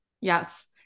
Yes